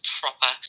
proper